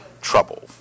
trouble